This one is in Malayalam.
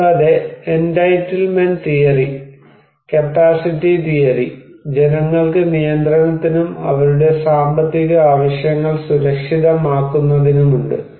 കൂടാതെ എന്റൈറ്റിൽമെന്റ് തിയറി കപ്പാസിറ്റി തിയറി ജനങ്ങൾക്ക് നിയന്ത്രണത്തിനും അവരുടെ സാമ്പത്തിക ആവശ്യങ്ങൾ സുരക്ഷിതമാക്കുന്നതിനും ഉണ്ട്